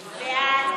נתקבל.